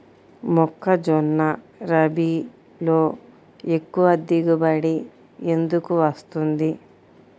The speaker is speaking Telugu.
మొక్కజొన్న రబీలో ఎక్కువ దిగుబడి ఎందుకు వస్తుంది?